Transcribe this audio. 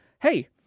hey